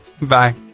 Bye